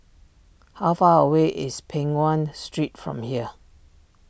how far away is Peng Nguan Street from here